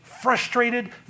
frustrated